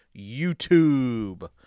YouTube